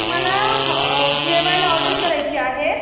मला जेवायला ऑर्डर करायची आहे